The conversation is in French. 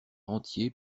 entier